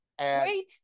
Wait